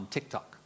TikTok